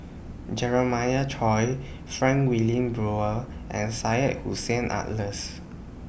Jeremiah Choy Frank Wilmin Brewer and Syed Hussein Alatas